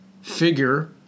figure